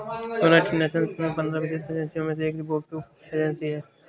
United Nations की पंद्रह विशेष एजेंसियों में से एक वीपो एजेंसी है